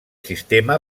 sistema